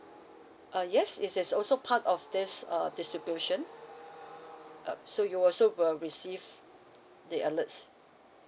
uh yes it is also part of this err distribution uh so you also will receive the alerts